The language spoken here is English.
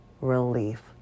relief